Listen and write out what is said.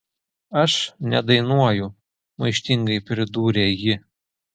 aš nedainuoju maištingai pridūrė ji